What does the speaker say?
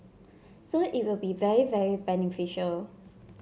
so it will be very very beneficial